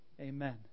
Amen